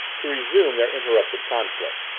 to resume their interrupted conflict.